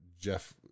jeff